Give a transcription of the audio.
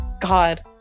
god